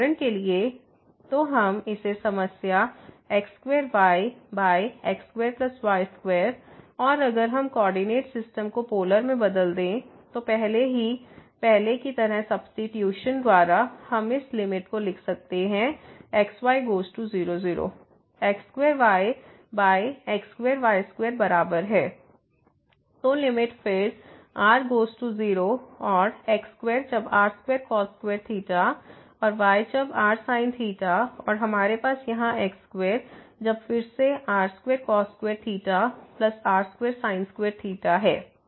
उदाहरण के लिए तो हम इसे समस्या x2 y x2 y2 और अगर हम कोऑर्डिनेट सिस्टम को पोलर में बदल दे तो पहले की तरह सब्सीट्यूशन द्वारा हम इस लिमिट को लिख सकते हैं x y goes to 0 0 x2 y x2 y2 बराबर है तो लिमिट फिर r 0 और x2 जब r2 cos2 ϴ है और y जब r ϴ और हमारे पास यहाँ x2 जब फिर से r2 cos2 ϴ r2 sin2 ϴ है